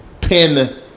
pin